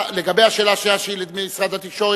באשר לשאלה השנייה לגבי משרד התקשורת,